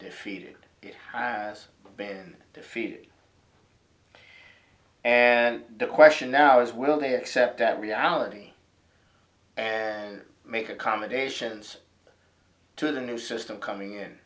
defeated it has been defeated and the question now is will they accept that reality and make accommodations to the new system coming in